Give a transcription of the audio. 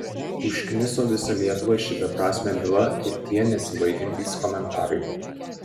užkniso visą lietuvą ši beprasmė byla ir tie nesibaigiantys komentarai